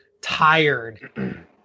tired